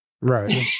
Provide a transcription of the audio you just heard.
Right